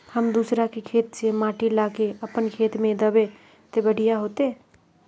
हम दूसरा के खेत से माटी ला के अपन खेत में दबे ते बढ़िया होते?